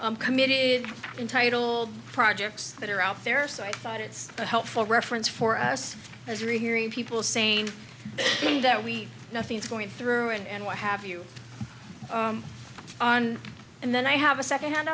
committed in title projects that are out there so i thought it's a helpful reference for us as rehearing people saying that we nothing's going through and what have you on and then i have a second hand